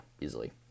easily